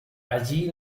allí